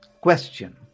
Question